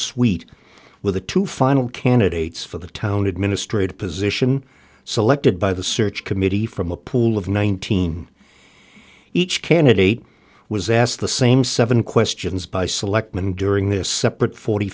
suite with the two final candidates for the town administrative position selected by the search committee from a pool of nineteen each candidate was asked the same seven questions by selectman during this separate forty